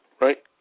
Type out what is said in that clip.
right